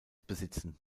besitzen